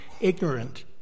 ignorant